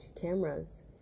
cameras